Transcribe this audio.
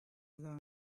learn